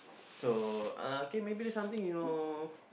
so uh K maybe something you know